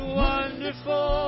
wonderful